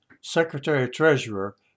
Secretary-Treasurer